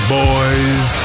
boys